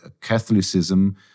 Catholicism